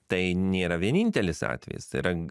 tai nėra vienintelis atvejis tai yra